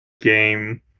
game